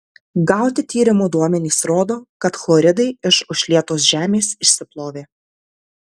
gauti tyrimo duomenys rodo kad chloridai iš užlietos žemės išsiplovė